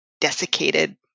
desiccated